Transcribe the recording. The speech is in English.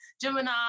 Gemini